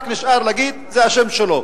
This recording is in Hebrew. רק נשאר להגיד: זה השם שלו,